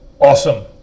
Awesome